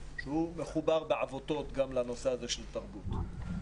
שהוא מחובר בעבותות גם לנושא הזה של תרבות.